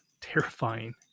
terrifying